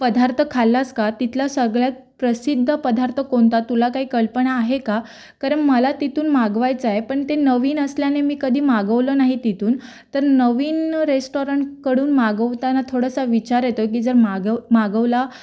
पदार्थ खाल्लास का तिथलं सगळ्यात प्रसिद्ध पदार्थ कोणता तुला काही कल्पना आहे का कारण मला तिथून मागवायचं आहे पण ते नवीन असल्याने मी कधी मागवलं नाही तिथून तर नवीन रेस्टोरंटकडून मागवताना थोडासा विचार येतो की जर मागव मागवला